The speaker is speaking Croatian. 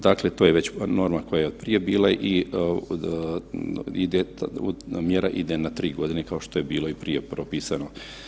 Dakle to je već norma koja je od prije bila i mjera ide na tri godine kao što je bilo i prije propisano.